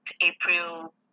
April